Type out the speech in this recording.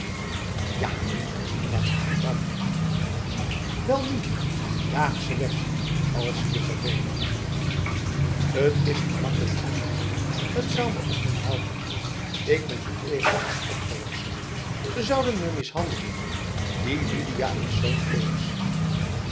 ja met haar man welnu jaag ze weg als ze je vervelen het is gemakkelijk gezegdb het zou me ook niet helpenj ik ben niet tegen haar opgewassen ze zouden me mishandelen die lidia is zo'n